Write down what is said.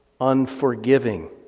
unforgiving